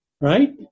right